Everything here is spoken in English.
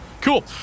cool